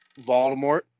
Voldemort